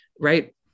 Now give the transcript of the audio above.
right